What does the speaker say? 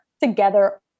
together